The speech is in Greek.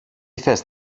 θες